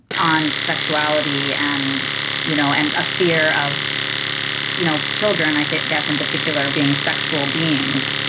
on sexuality and you know and a fear of you know children i guess in particular being sexual beings.